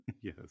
Yes